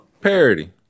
parody